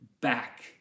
back